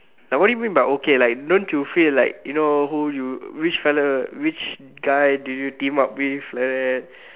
like what you mean by okay like don't you feel like you know who you which fellow which guy do you team up with like that